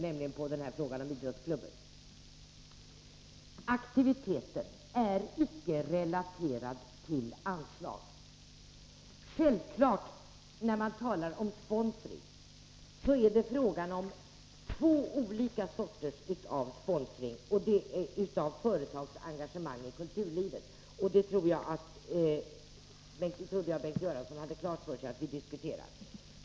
När man talar om sponsring är det självfallet fråga om två olika slags företagsengagemang i kulturlivet — det trodde jag Bengt Göransson hade klart för sig.